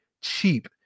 cheap